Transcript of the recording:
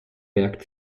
merkt